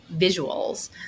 visuals